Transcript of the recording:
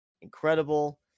Incredible